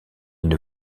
une